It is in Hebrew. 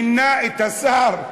מינה את השר,